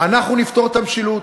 אנחנו נפתור את המשילות.